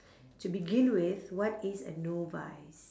to begin with what is a novice